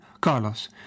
Carlos